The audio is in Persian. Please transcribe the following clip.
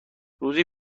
روزی